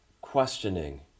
questioning